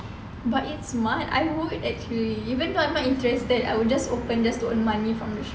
but it's smart I would actually even though I'm not interested I will just open just to earn money from the shop